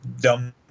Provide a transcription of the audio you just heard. dumb